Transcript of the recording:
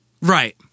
Right